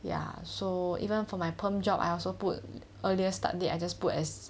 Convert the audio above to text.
ya so even for my perm job I also put earlier start date I just put as